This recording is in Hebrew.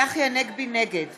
נגד